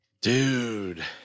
dude